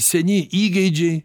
seni įgeidžiai